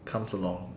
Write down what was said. comes along